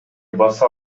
баса